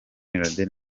laden